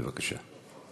בבקשה.